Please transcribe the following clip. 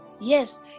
yes